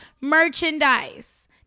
merchandise